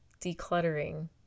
decluttering